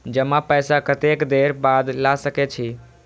जमा पैसा कतेक देर बाद ला सके छी?